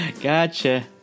Gotcha